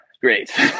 great